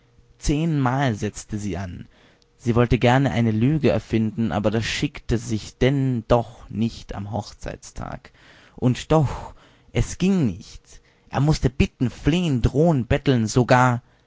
zehnmal setzte sie an sie wollte gerne eine lüge erfinden aber das schickte sich denn doch nicht am hochzeittag und doch es ging nicht er mußte bitten flehen drohen betteln sogar